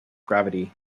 gravity